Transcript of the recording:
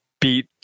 beat